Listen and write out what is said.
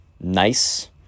nice